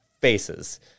faces